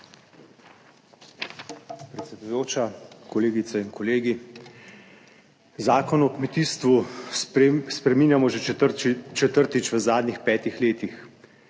Predsedujoča, kolegice in kolegi. Zakon o kmetijstvu spreminjamo že četrtič v zadnjih petih letih.